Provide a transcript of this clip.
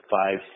five